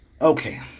Okay